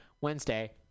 Wednesday